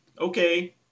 Okay